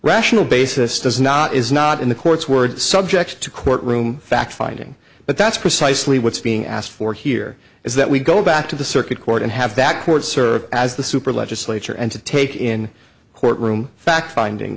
rational basis does not is not in the courts were subject to courtroom fact finding but that's precisely what's being asked for here is that we go back to the circuit court and have that court serve as the super legislature and to take in a courtroom fact finding